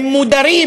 הם מודרים